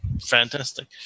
Fantastic